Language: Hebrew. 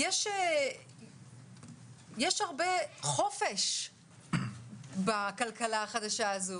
יש הרבה חופש בכלכלה החדשה הזו